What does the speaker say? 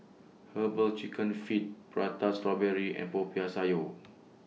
Herbal Chicken Feet Prata Strawberry and Popiah Sayur